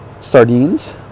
sardines